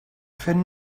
fent